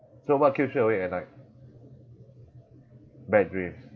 so what keeps you awake at night bad dreams